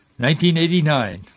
1989